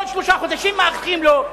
כל שלושה חודשים מאריכים לו.